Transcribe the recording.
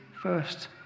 first